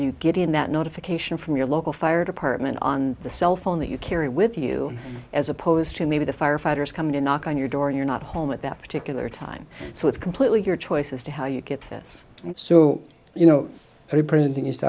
you getting that notification from your local fire department on the cell phone that you carry with you as opposed to maybe the firefighters come to knock on your door and you're not home at that particular time so it's completely your choice as to how you get this so you know reprinting